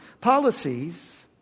policies